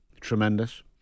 Tremendous